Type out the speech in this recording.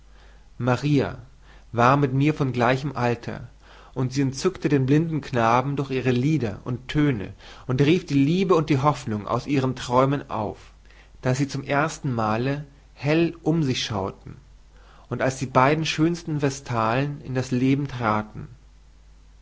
maria war mit mir von gleichem alter und sie entzückte den blinden knaben durch ihre lieder und töne und rief die liebe und die hoffnung aus ihren träumen auf daß sie zum erstenmale hell um sich schauten und als die beiden schönsten vestalen in das leben traten